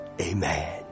amen